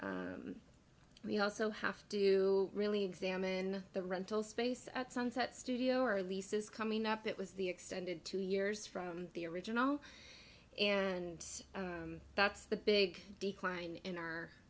we also have to really examine the rental space at sunset studio or leases coming up that was the extended two years from the original and that's the big decline in our